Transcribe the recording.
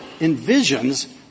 envisions